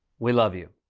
we love you.